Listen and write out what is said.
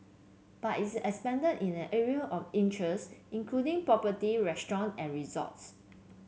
but it expanded in an array of interests including property restaurant and resorts